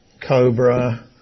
cobra